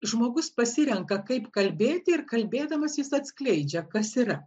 žmogus pasirenka kaip kalbėti ir kalbėdamas jis atskleidžia kas yra